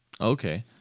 Okay